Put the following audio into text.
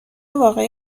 واقعی